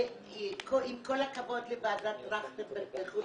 עם כל הכבוד לוועדת טרכטנברג וכו',